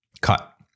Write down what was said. cut